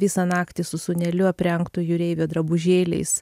visą naktį su sūneliu aprengtu jūreivio drabužėliais